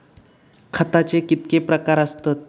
खताचे कितके प्रकार असतत?